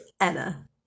Anna